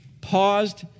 paused